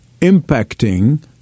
impacting